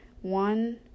one